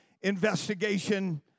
investigation